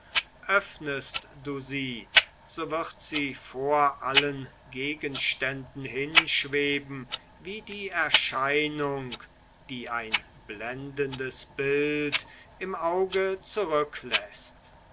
öffnest du sie so wird sie vor allen gegenständen hinschweben wie die erscheinung die ein blendendes bild im auge zurückläßt